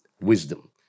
wisdom